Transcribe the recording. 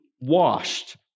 washed